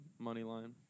Moneyline